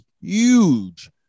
huge